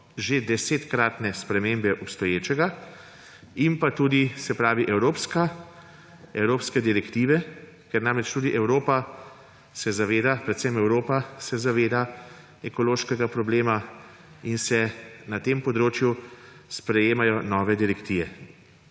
že 10-kratne spremembe obstoječega in tudi evropske direktive, ker namreč tudi Evropa se zaveda, predvsem Evropa se zaveda ekološkega problema, in se na tem področju sprejemajo nove direktive.